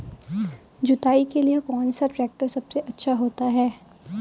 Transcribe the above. जुताई के लिए कौन सा ट्रैक्टर सबसे अच्छा होता है?